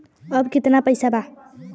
अब कितना पैसा बा?